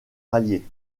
rallier